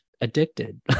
addicted